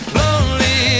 lonely